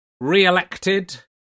re-elected